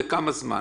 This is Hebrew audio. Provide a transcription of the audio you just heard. ומתוכם רבים,